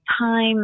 time